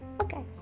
okay